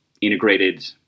integrated